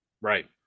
Right